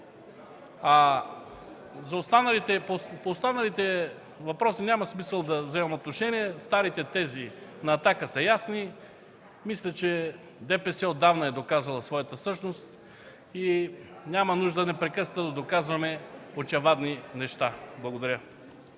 По останалите въпроси няма смисъл да взимам отношение. Старите тези на „Атака” са ясни. Мисля, че ДПС отдавна е доказала своята същност и няма нужда непрекъснато да доказваме очевадни неща. Благодаря.